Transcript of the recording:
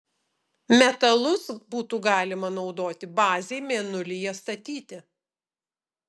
metalus būtų galima naudoti bazei mėnulyje statyti